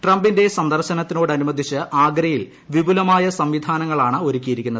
ട്രംപിന്റെ സന്ദർശനത്തിനോടനുബന്ധിച്ച് ആഗ്രയിൽ വിപുലമായ സ സംവിധാനങ്ങളാണ് ഒരുക്കിയിരിക്കുന്നത്